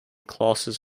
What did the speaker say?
classes